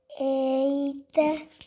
eight